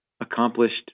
accomplished